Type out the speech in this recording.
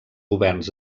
governs